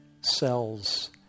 cells